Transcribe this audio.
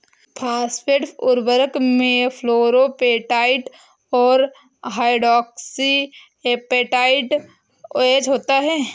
phosphate उर्वरक में fluorapatite और हाइड्रोक्सी एपेटाइट ओएच होता है